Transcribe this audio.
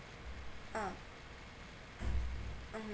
ah